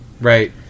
Right